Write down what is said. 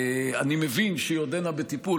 אני מבין שהיא עודנה בטיפול,